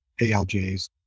ALJs